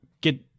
get